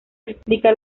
explica